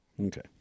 okay